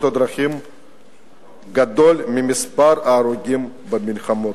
הדרכים גדול ממספר ההרוגים במלחמות?